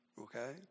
Okay